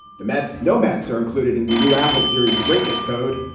the mets. no mets are included in the new apple series, the greatness code.